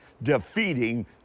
defeating